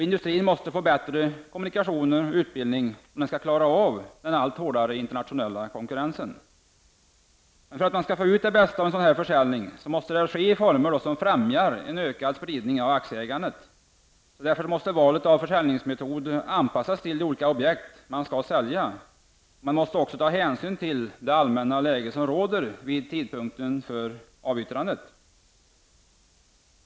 Industrin måste få bättre kommunikationer och utbildning om den skall klara av den allt hårdare internationella konkurrensen. Men för att man skall få ut det bästa av en sådan försäljning, måste försäljningen ske i former som främjar en ökad spridning av aktieägandet. Därför måste valet av försäljningsmetod anpassas till de olika objekt som man skall sälja. Man måste ta hänsyn till det allmänna läge som råder vid tidpunkten för avyttrandet.